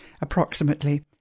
approximately